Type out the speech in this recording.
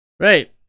Right